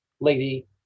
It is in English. lady